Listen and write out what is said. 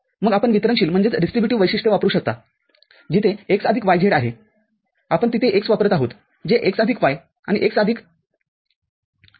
मग आपण वितरनशील वैशिष्ट्य वापरू शकता जिथे x आदिक yz आहे आपण तिथे x वापरत आहोत जे x आदिक y आणि x आदिक z इतके आहे